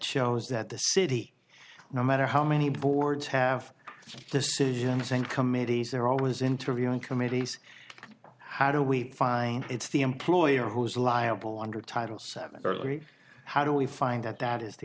shows that the city no matter how many boards have decisions and committees they're always interviewing committees how do we find it's the employer who's liable under title seven burglary how do we find that that is the